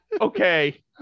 Okay